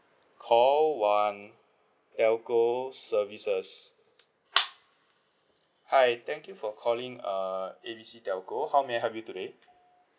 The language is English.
call one telco services hi thank you for calling uh A B C telco how may I help you today